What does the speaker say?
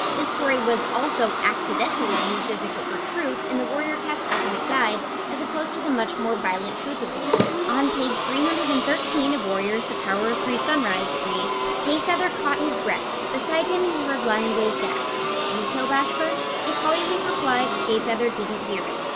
this story was also accidentally used as if it were truth in the warrior cats ultimate guide as opposed to the much more violent truth of the matter. on page three hundred and thirteen of warriors, the power of three, sunrise, it reads jayfeather caught his breath. beside him, he heard lionblaze gasp, you killed ashfur? if hollyleaf replied, jayfeather didn't hear it.